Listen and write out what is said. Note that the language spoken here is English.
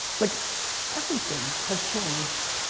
like everything has changed.